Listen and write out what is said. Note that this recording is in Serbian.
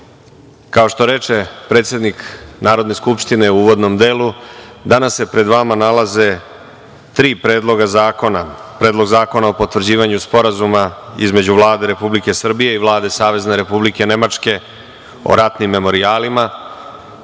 kao što reče predsednik Narodne skupštine u uvodnom delu, danas se pred vama nalaze tri predloga zakona, Predlog zakona o potvrđivanju Sporazuma između Vlade Republike Srbije i Vlade Savezne Republike Nemačke o ratnim memorijalima,